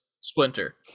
Splinter